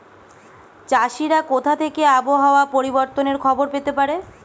চাষিরা কোথা থেকে আবহাওয়া পরিবর্তনের খবর পেতে পারে?